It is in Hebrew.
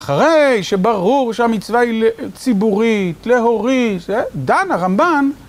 אחרי שברור שהמצווה היא ציבורית, להוריש... דן הרמב"ן,